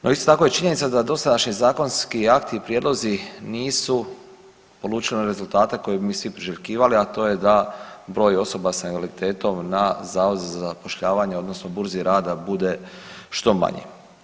No isto tako je činjenica da dosadašnji zakonski akti i prijedlozi nisu polučili one rezultate koje bi mi svi priželjkivali, a to je da broj osoba sa invaliditetom na Zavodu za zapošljavanje odnosno burzi rada bude što manji.